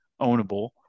ownable